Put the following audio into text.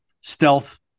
stealth